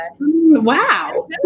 Wow